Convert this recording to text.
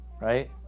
Right